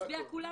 ונצביע כולנו.